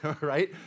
right